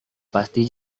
pasti